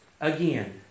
again